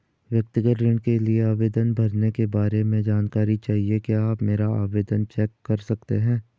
व्यक्तिगत ऋण के लिए आवेदन भरने के बारे में जानकारी चाहिए क्या आप मेरा आवेदन चेक कर सकते हैं?